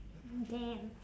damn